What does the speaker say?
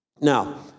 Now